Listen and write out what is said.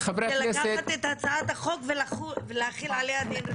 זה לקחת את הצעת החוק ולהחיל עליה דין רציפות.